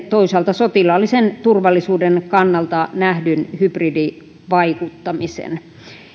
toisaalta sotilaallisen turvallisuuden kannalta nähdyn hybridivaikuttamisen